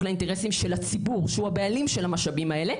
לאינטרסים של הציבור שהוא הבעלים של המשאבים האלה,